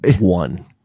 One